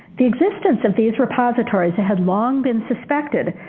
the existence of these repositories had long been suspected,